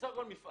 מדובר על מפעל